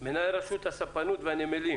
מנהל רשות הספנות והנמלים,